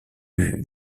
eue